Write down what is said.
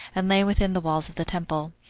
and lay within the walls of the temple.